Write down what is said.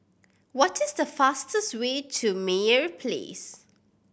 what is the fastest way to Meyer Place